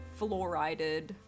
fluorided